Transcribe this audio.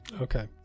Okay